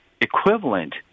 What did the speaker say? equivalent